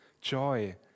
joy